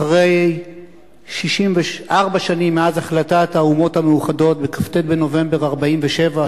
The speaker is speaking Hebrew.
אחרי 64 שנים מאז החלטת האומות המאוחדות בכ"ט בנובמבר 1947,